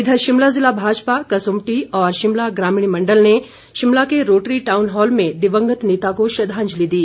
इधर शिमला जिला भाजपा कसुम्पटी और शिमला ग्रामीण मंडल ने शिमला के रोटरी टाउन हॉल में दिवंगत नेता को श्रद्धांजलि दी